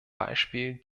beispiel